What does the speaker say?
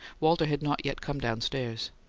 walter had not yet come downstairs.